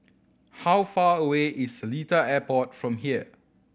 how far away is Seletar Airport from here